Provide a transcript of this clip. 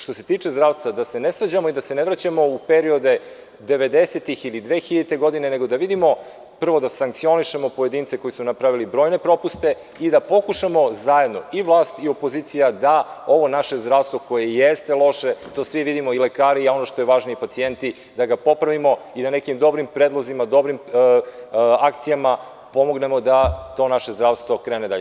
Što se tiče zdravstva, ne treba da se svađamo i da se vraćamo u periode 90-ih ili 2000. godine, nego da vidimo da prvo sankcionišemo pojedince koji su napravili brojne propuste i da pokušamo zajedno, i vlast i opozicija, da ovo naše zdravstvo koje jeste loše, to svi vidimo, i lekari i pacijenti, da ga popravimo i da nekim dobrim predlozima, dobrim akcijama, pomognemo da to naše zdravstvo krene dalje.